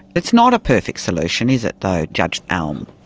it's not a perfect solution is it though, judge alm.